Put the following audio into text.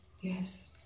Yes